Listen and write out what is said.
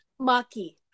Maki